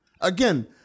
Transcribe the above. Again